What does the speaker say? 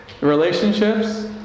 relationships